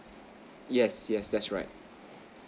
yes yes that's right